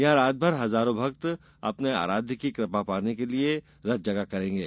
यहां रातभर हजारों भक्त अपने आराध्य की कृपा पाने के लिए रतजगा करेंगे